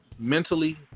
mentally